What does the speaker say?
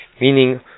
Meaning